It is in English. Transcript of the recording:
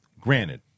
Granted